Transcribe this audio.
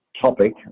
topic